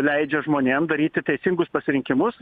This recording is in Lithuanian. leidžia žmonėm daryti teisingus pasirinkimus